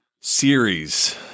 series